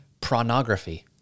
pornography